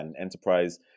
Enterprise